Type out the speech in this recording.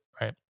right